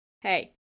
Hey